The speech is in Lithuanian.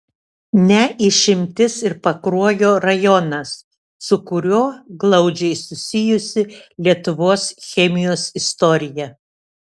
ne išimtis ir pakruojo rajonas su kuriuo glaudžiai susijusi lietuvos chemijos istorija